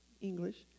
English